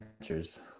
answers